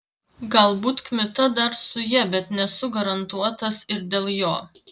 galbūt kmita dar su ja bet nesu garantuotas ir dėl jo